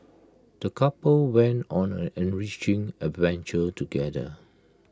the couple went on an enriching adventure together